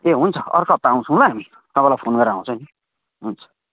ए हुन्छ अर्को हप्ता आउँछौँ ल हामी तपाईँलाई फोन गरेर आउँछौँ नि हुन्छ